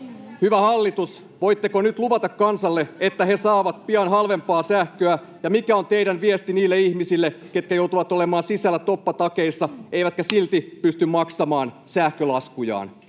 Hyvä hallitus, voitteko nyt luvata kansalle, että he saavat pian halvempaa sähköä? Ja mikä on teidän viestinne niille ihmisille, ketkä joutuvat olemaan sisällä toppatakeissa eivätkä silti pysty maksamaan sähkölaskujaan?